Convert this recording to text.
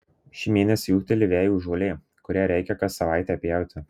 šį mėnesį ūgteli vejų žolė kurią reikia kas savaitę pjauti